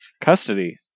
custody